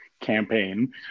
campaign